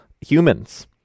humans